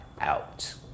out